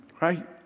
right